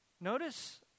Notice